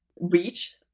reach